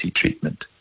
treatment